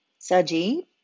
Saji